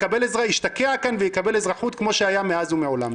ישתקע כאן ויקבל אזרחות כמו שהיה מאז ומעולם.